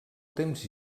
temps